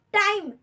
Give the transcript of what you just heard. time